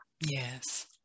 Yes